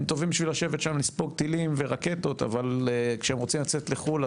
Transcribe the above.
הם טובים בשביל לספור טילים ורקטות אבל כשהם רוצים לצאת לחו"ל,